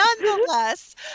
nonetheless